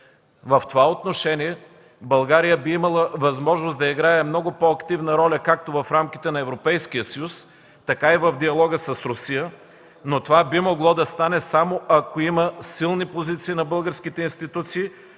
В това отношение България би имала възможност да играе много по-активна роля както в рамките на Европейския съюз, така и в диалога с Русия, но това би могло да стане само ако има силни позиции на българските институции,